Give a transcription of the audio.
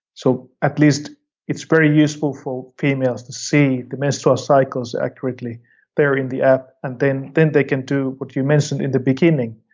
so at least it's very useful for females to see the menstrual cycles accurately there in the app, and then then they can do what you mentioned in the beginning.